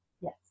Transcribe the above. Yes